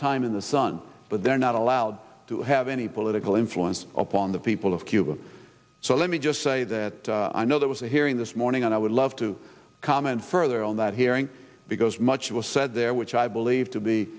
time in the sun but they're not allowed to have any political influence upon the people of cuba so let me just say that i know there was a hearing this morning and i would love to comment further on that hearing because much was said there which i believe to be